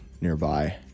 nearby